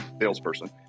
salesperson